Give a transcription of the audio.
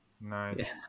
Nice